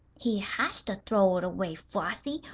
he has to throw it away, flossie.